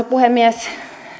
puhemies